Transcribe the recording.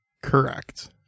Correct